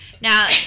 Now